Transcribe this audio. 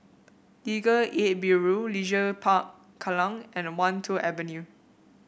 Legal Aid Bureau Leisure Park Kallang and Wan Tho Avenue